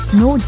no